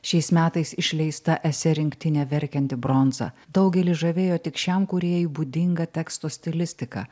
šiais metais išleista esė rinktinė verkianti bronza daugelį žavėjo tik šiam kūrėjui būdinga teksto stilistika